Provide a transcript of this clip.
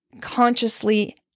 consciously